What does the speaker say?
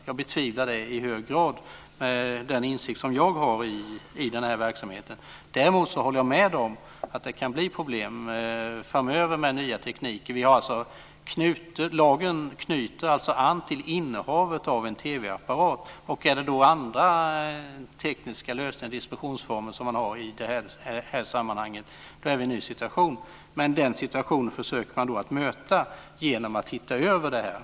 Jag betvivlar det i hög grad, med den insikt som jag har i verksamheten. Däremot håller jag med om att det kan bli problem framöver med ny teknik. Lagen knyter an till innehavet av en TV-apparat, och har man andra tekniska lösningar och distributionsformer i sammanhanget är vi i en ny situation. Denna situation försöker man möta genom att titta över det hela.